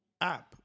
app